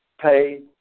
pay